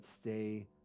stay